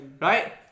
right